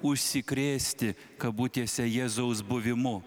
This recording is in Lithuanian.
užsikrėsti kabutėse jėzaus buvimu